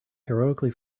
heroically